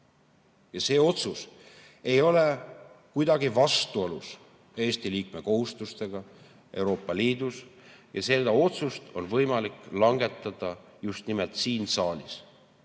See otsus ei ole kuidagi vastuolus Eesti liikmekohustustega Euroopa Liidus ja seda otsust on võimalik langetada just nimelt siin saalis.